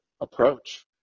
approach